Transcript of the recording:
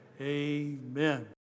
Amen